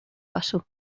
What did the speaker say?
pasó